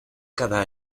cada